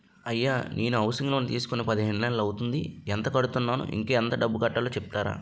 అయ్యా నేను housing loan తీసుకొని పదిహేను నెలలు అవుతోందిఎంత కడుతున్నాను, ఇంకా ఎంత డబ్బు కట్టలో చెప్తారా?